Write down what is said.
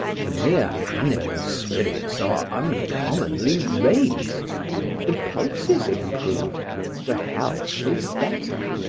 the mere animal spirits are uncommonly raised the pulse is improved the health is better.